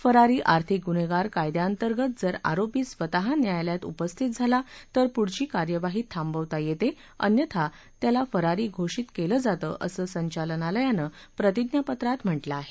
फरारी आर्थिक गुन्हेगार कायद्याअंतर्गत जर आरोपी स्वतः न्यायालयात उपस्थित झाला तर पुढची कार्यवाही थांबवता येते अन्यथा तिला फरारी घोषित केलं जातं असं संचालनालयानं प्रतिज्ञापत्रात म्हाजिं आहे